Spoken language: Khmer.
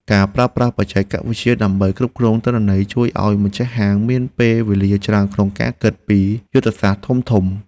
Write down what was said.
ការប្រើប្រាស់បច្ចេកវិទ្យាដើម្បីគ្រប់គ្រងទិន្នន័យជួយឱ្យម្ចាស់ហាងមានពេលវេលាច្រើនក្នុងការគិតពីយុទ្ធសាស្ត្រធំៗ។